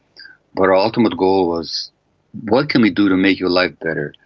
but our ultimate goal was what can we do to make your life better,